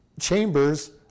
chambers